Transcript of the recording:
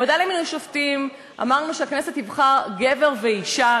לגבי הוועדה לבחירת שופטים אמרנו שהכנסת תבחר גבר ואישה,